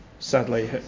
Sadly